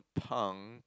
punk